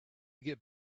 get